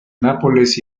nápoles